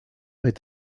est